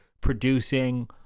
producing